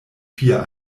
vier